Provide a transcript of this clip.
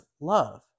love